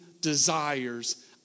desires